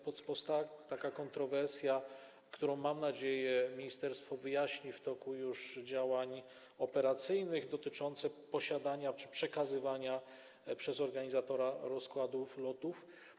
Powstała taka kontrowersja - mam nadzieję, że ministerstwo wyjaśni to już w toku działań operacyjnych - dotycząca posiadania czy przekazywania przez organizatora rozkładów lotów.